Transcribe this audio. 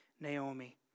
Naomi